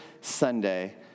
Sunday